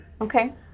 Okay